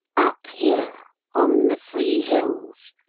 up here on the free hills,